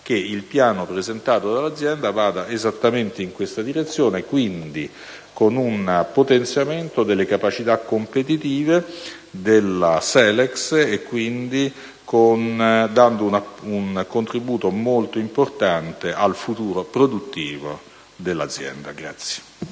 che il piano presentato dall'azienda vada esattamente in questa direzione, quindi con un potenziamento delle capacità competitive della Selex, e dà quindi un contributo molto importante al futuro produttivo dell'azienda.